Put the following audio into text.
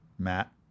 matt